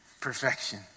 Perfection